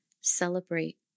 celebrate